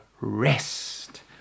rest